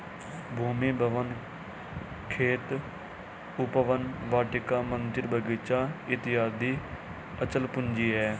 भूमि, भवन, खेत, उपवन, वाटिका, मन्दिर, बगीचा इत्यादि अचल पूंजी है